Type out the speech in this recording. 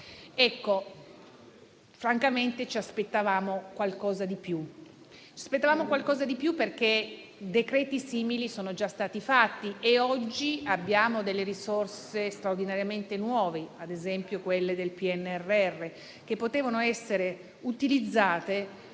anni. Francamente ci aspettavamo qualcosa di più perché decreti simili sono già stati fatti e oggi abbiamo delle risorse straordinariamente nuove, ad esempio quelle del PNRR, che potevano essere utilizzate